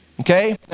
Okay